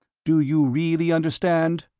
do you really understand?